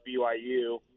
BYU